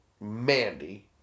Mandy